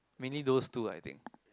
mainly those two I think